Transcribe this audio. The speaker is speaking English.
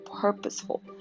purposeful